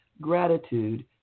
gratitude